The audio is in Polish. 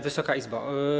Wysoka Izbo!